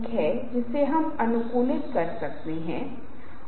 यदि आप उन्हें संदर्भित नहीं करना चाहते हैं तो आप उन्हें गायब कर सकते हैं